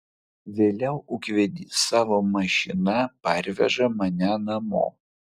vėliau ūkvedys savo mašina parveža mane namo